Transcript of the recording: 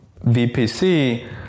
VPC